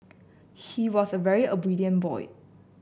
he was a very obedient boy